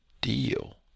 deal